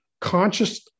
conscious